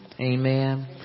Amen